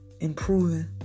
improving